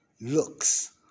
looks